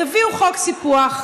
תביאו חוק סיפוח.